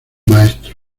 maestro